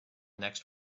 next